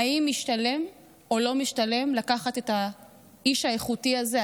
האם משתלם או לא משתלם לקחת את האיש האיכותי הזה,